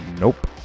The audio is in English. Nope